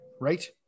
right